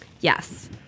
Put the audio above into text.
Yes